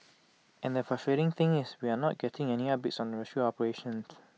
and the frustrating thing is we are not getting any updates on the rescue operations